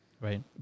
Right